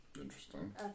Interesting